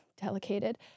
delegated